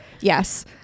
Yes